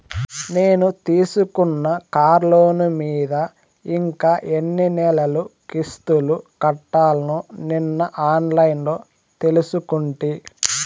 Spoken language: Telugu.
నేను తీసుకున్న కార్లోను మీద ఇంకా ఎన్ని నెలలు కిస్తులు కట్టాల్నో నిన్న ఆన్లైన్లో తెలుసుకుంటి